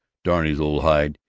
darn his old hide,